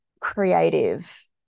creative